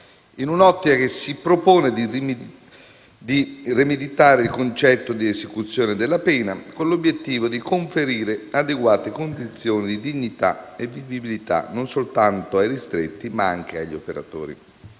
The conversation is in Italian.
in un'ottica che si propone di rimeditare il concetto di esecuzione della pena, con l'obiettivo di conferire adeguate condizioni di dignità e vivibilità non soltanto ai ristretti, ma anche agli operatori.